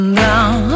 down